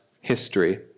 history